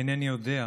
אינני יודע.